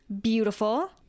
beautiful